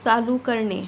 चालू करणे